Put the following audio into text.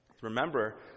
Remember